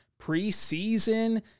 preseason